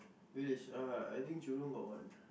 village (uh)I think Jurong got one